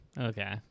Okay